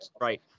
Right